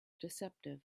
deceptive